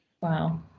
Wow